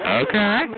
okay